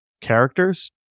characters